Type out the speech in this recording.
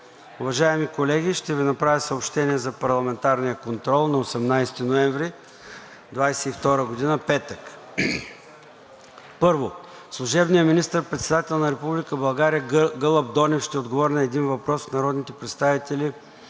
Уважаеми колеги, ще Ви направя съобщение за парламентарен контрол на 18 ноември 2022 г., петък: 1. Служебният министър-председател на Република България Гълъб Донев ще отговори на един въпрос от народните представители